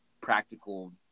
practical